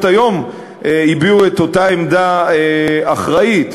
היום הביעו את אותה עמדה אחראית,